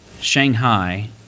Shanghai